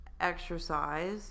exercise